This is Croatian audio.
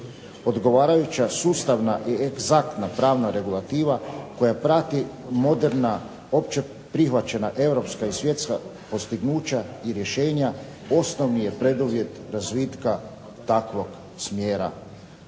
Odgovarajuća sustavna i egzaktna pravna regulativa koja prati moderna opće prihvaćena europska i svjetska postignuća i rješenja osnovni je preduvjet razvitka takvog smjera